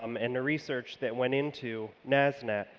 um and the research that went into nasnet.